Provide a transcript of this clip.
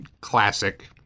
classic